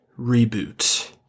Reboot